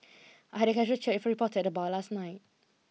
I had a casual chat with a reporter at the bar last night